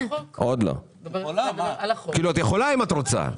אם את רוצה, את יכולה לדבר על החוק.